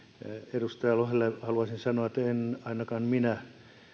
edustaja lohelle haluaisin sanoa että en en ainakaan minä